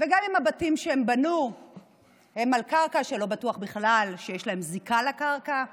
גם אם הבתים שהם בנו הם על קרקע שבה לא בטוח בכלל שיש להם זיקה לקרקע,